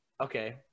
Okay